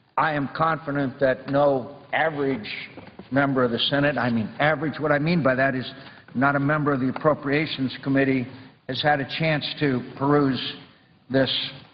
i am confident that no average member of the senate i mean average what i mean by that is not a member of the appropriations committee has had a chance to peruse this